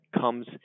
comes